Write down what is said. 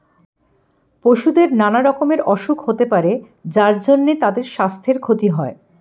পশুদের নানা রকমের অসুখ হতে পারে যার জন্যে তাদের সাস্থের ক্ষতি হয়